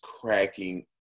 cracking